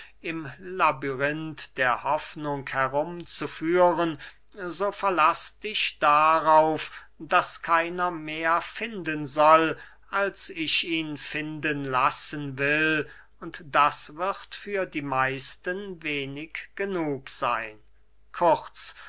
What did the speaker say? im labyrinth der hoffnung herum zu führen so verlaß dich darauf daß keiner mehr finden soll als ich ihn finden lassen will und das wird für die meisten wenig genug seyn kurz